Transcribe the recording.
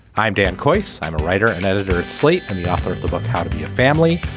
i'm dan coats. i'm a writer and editor at slate and the author of the book how to be a family.